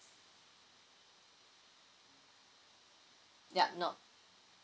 yup no